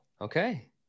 Okay